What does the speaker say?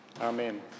Amen